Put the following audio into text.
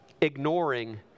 ignoring